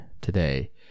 today